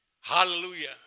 Hallelujah